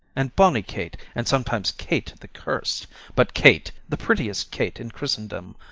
and bonny kate, and sometimes kate the curst but, kate, the prettiest kate in christendom,